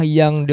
yang